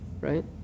right